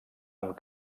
amb